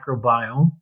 microbiome